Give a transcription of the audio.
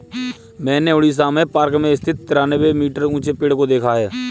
मैंने उड़ीसा में पार्क में स्थित तिरानवे मीटर ऊंचे पेड़ को देखा है